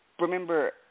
remember